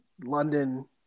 London